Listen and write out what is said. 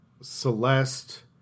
Celeste